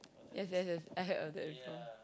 yes yes yes I heard of that before